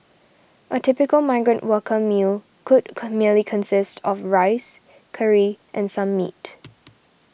a typical migrant worker meal could come merely consist of rice curry and some meat